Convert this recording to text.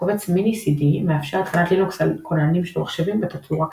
קובץ Mini CD מאפשר התקנת לינוקס על כוננים של מחשבים בתצורה קטנה.